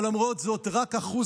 אבל למרות זאת רק 1%